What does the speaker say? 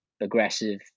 aggressive